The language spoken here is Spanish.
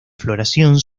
floración